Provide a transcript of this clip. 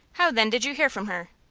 how, then, did you hear from her?